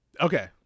Okay